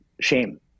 shame